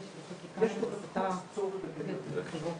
וזאת נקודה מבחינתי.